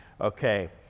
Okay